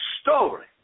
story